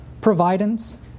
providence